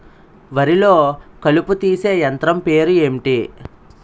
వరి లొ కలుపు తీసే యంత్రం పేరు ఎంటి?